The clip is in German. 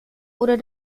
oder